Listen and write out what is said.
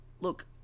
look